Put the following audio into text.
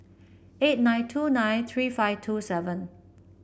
eight nine two nine three five two seven